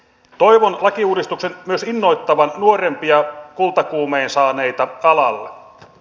toivon lakiuudistuksen myös innoittavan nuorempia kultakuumeen saaneita alalle